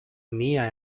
mihia